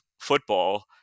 football